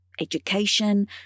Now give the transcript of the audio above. education